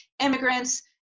immigrants